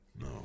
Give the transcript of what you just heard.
No